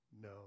no